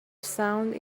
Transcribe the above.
sound